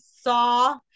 saw